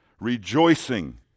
Rejoicing